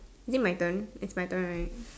is it my turn it's my turn right